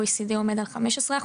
במדינות ה-OECD עומד על כ-15%,